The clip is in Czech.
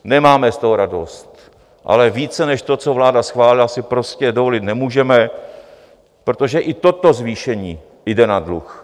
Nemáme z toho radost, ale více než to, co vláda schválila, si prostě dovolit nemůžeme, protože i toto zvýšení jde na dluh.